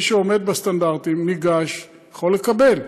ומי שעומד בסטנדרטים ניגש ויכול לקבל.